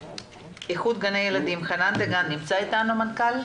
איחוד גני ילדים, המנכ"ל נמצא אתנו?